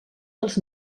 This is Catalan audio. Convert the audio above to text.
dels